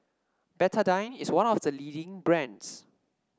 Betadine is one of the leading brands